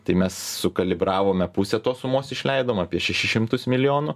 tai mes sukalibravome pusę tos sumos išleidom apie šešis šimtus milijonų